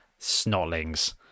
Snollings